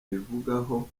ibivugaho